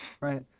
Right